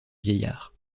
vieillard